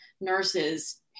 nurses